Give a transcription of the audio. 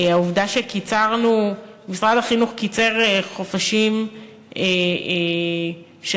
העובדה שמשרד החינוך קיצר חופשים של